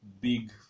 big